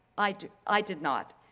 i i did not.